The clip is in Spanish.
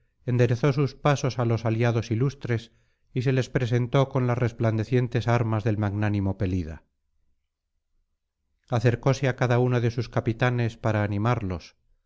enderezó sus pasos á los aliados ilustres y se les presentó con las resplandecientes armas del magnánimo pelida acercóse á cada uno de sus capitanes para animarlos